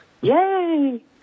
Yay